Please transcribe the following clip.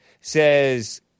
says